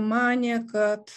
manė kad